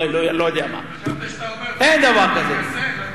אין דבר כזה.